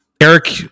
Eric